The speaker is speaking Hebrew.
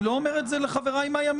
אני לא אומר את זה לחבריי מהימין,